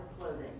clothing